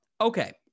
Okay